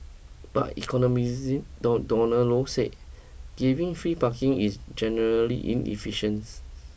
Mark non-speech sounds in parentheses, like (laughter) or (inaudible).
but economist (unintelligible) Donald Low said giving free parking is generally inefficience